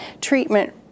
treatment